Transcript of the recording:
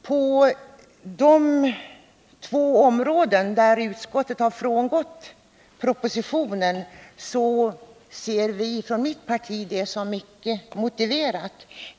På de två områden, där utskottet har frångått propositionen, ser vi från mitt parti detta som mycket motiverat.